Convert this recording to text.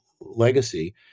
legacy